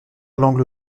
l’angle